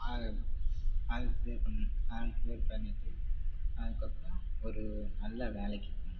all all clear பண்ணணும் all clear பண்ணிவிட்டு அதுக்கப்புறம் ஒரு நல்ல வேலைக்குப் போகணும்